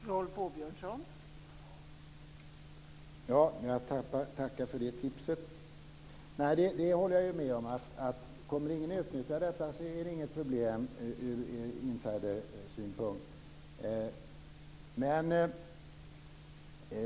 Fru talman! Jag tackar för tipset. Jag håller med om att om ingen kommer att utnyttja detta finns inget problem ur insidersynpunkt.